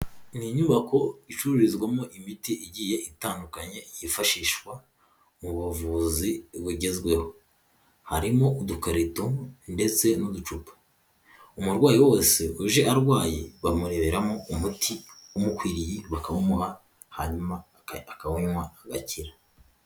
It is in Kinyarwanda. Ni inyubako icururizwamo imiti igiye itandukanye yifashishwa mu buvuzi bugezweho; harimo udukarito ndetse n'uducupa; umurwayi wese uje arwaye bamureberamo umuti umukwiriye; bakawumuha hanyuma akawuywa agakira.